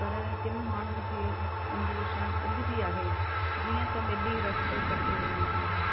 पर किनि माण्हुनि खे अंधविश्वासु अॼु बि आहे जीअं त ॿिली रस्तो कटे वञे थी लंघे वञे थी